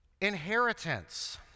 Inheritance